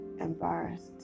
embarrassed